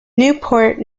newport